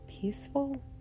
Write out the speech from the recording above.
peaceful